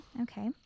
Okay